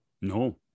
No